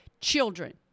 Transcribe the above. children